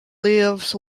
lives